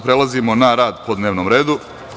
Prelazimo na rad po dnevnom redu.